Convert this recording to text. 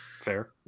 Fair